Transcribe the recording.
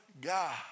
God